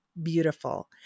beautiful